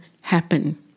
happen